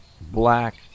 black